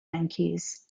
yankees